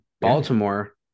Baltimore